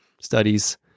studies